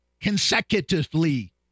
consecutively